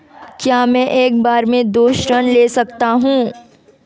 क्या मैं एक बार में दो ऋण ले सकता हूँ?